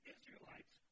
Israelites